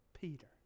Peter